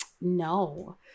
no